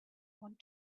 want